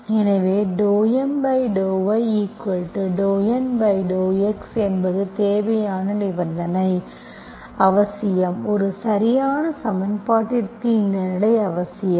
எனவே ∂M∂y∂N∂x என்பது தேவையான நிபந்தனை அவசியம் ஒரு சரியான சமன்பாட்டிற்கு இந்த நிலை அவசியம்